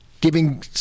giving